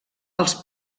els